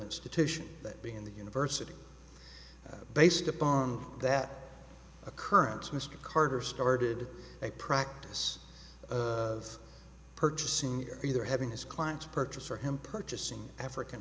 institution that being the university based upon that occurrence mr carter started a practice of purchasing either having his clients purchase for him purchasing african